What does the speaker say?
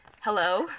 Hello